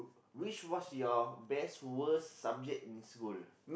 which was your best worst subject in school